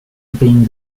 being